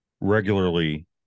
regularly